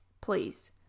Please